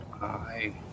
Hi